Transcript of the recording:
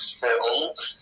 films